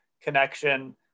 connection